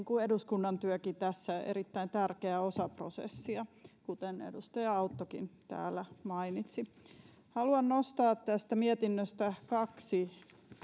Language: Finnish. kuin eduskunnan työkin tässä erittäin tärkeä osa prosessia kuten edustaja auttokin täällä mainitsi haluan nostaa tästä mietinnöstä kaksi